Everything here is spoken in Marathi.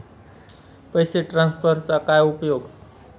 पैसे ट्रान्सफरचा काय उपयोग?